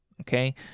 Okay